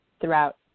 throughout